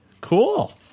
cool